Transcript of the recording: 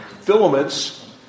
filaments